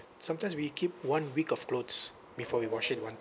sometimes we keep one week of clothes before we wash it once